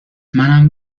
منم